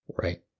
Right